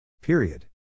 Period